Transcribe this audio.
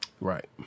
Right